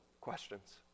questions